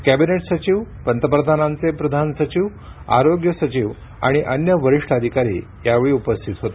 cabinet सचिव पंतप्रधानांचे प्रधान सचिव आरोग्य सचिव आणि अन्य वरिष्ठ अधिकारी यावेळी उपस्थित होते